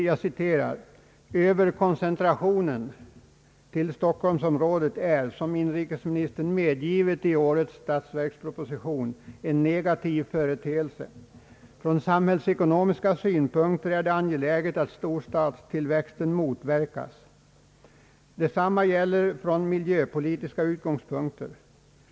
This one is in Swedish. Jag citerar: »Överkoncentrationen till stockholmsområdet är, såsom inrikesministern medgivit i årets statsverksproposition, en negativ företeelse. Från samhällsekonomiska synpunkter är det angeläget att storstadstillväxten motverkas. Detsamma gäller från miljöpolitiska utgångspunkter.